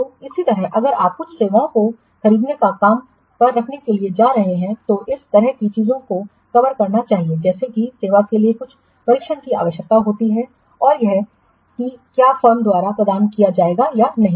तो इसी तरह अगर आप कुछ सेवाओं को खरीदने या काम पर रखने के लिए जा रहे हैं तो इस तरह की चीजों को कवर करना चाहिए जैसे कि सेवा के लिए कुछ प्रशिक्षण की आवश्यकता होती है और यह कि क्या फर्म द्वारा प्रदान किया जाएगा या नहीं